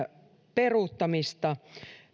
peruuttamista